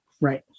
Right